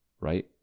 right